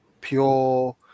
pure